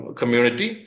community